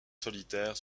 solitaire